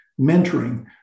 mentoring